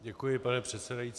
Děkuji, pane předsedající.